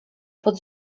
pod